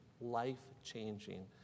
life-changing